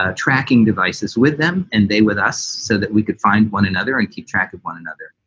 ah tracking devices with them and they with us so that we could find one another and keep track of one another.